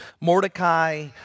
Mordecai